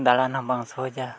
ᱫᱟᱬᱟᱱᱦᱚᱸ ᱵᱟᱝ ᱥᱚᱦᱚᱡᱟ